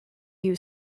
you